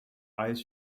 eyes